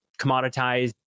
commoditized